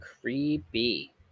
Creepy